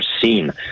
seen